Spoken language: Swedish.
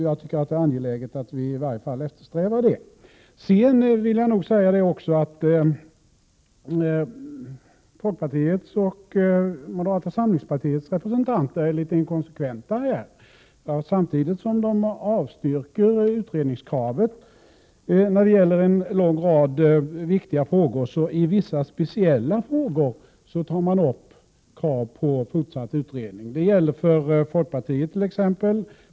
Det är i alla fall angeläget att eftersträva det. Folkpartiets och moderata samlingspartiets representanter är litet inkonsekventa här. Samtidigt som de avstyrker utredningskravet när det gäller en lång rad viktiga frågor, så tar de i vissa speciella frågor upp krav på fortsatt utredning. För folkpartiets del gäller dett.ex.